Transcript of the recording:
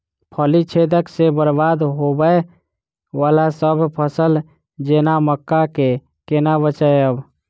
फली छेदक सँ बरबाद होबय वलासभ फसल जेना मक्का कऽ केना बचयब?